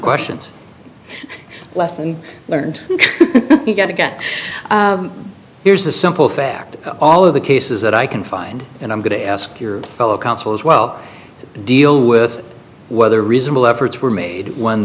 questions lesson learned you got again here's a simple fact of all of the cases that i can find and i'm going to ask your fellow counsel as well to deal with whether reasonable efforts were made